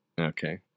Okay